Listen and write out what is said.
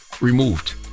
removed